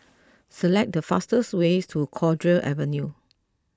select the fastest way to Cowdray Avenue